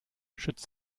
schützt